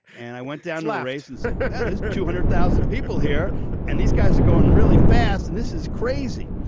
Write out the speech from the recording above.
and i went down my races two hundred thousand people here and these guys are going really fast and this is crazy.